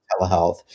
telehealth